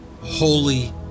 holy